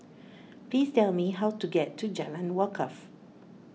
please tell me how to get to Jalan Wakaff